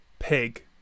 Pig